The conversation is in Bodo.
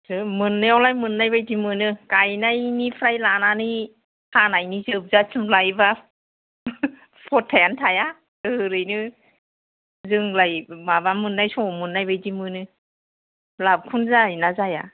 मोननायावलाय मोननाय बादि मोनो गायनायनिफ्राय लानानै हानायनि जोबजासिम लायोबा खरसायानो थाया ओरैनो जोंलाय माबा मोननाय समाव मोननाय बादि मोनो लाबखौनो जायोना जाया